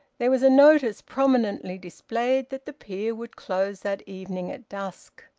there was a notice prominently displayed that the pier would close that evening at dusk.